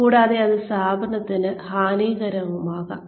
കൂടാതെ അത് സ്ഥാപനത്തിന് ഹാനികരമാകും